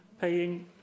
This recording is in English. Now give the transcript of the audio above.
Paying